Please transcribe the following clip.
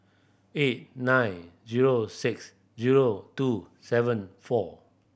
eight nine zero six zero two seven four